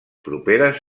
properes